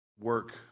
work